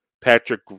Patrick